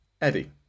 Eddie